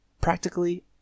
practically